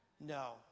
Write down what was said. No